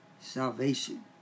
salvation